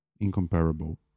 incomparable